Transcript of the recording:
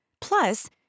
Plus